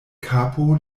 kapo